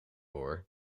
hoor